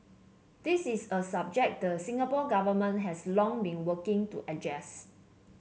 this is a subject the Singapore Government has long been working to address